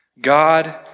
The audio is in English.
God